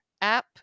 app